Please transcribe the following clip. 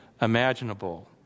imaginable